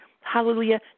hallelujah